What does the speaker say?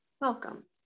welcome